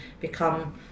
become